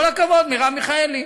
כל הכבוד, מרב מיכאלי.